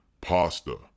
pasta